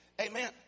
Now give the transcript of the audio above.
Amen